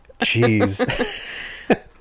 Jeez